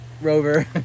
Rover